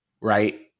Right